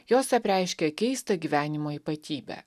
jos apreiškia keistą gyvenimo ypatybę